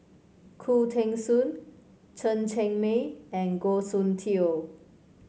Khoo Teng Soon Chen Cheng Mei and Goh Soon Tioe